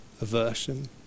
aversion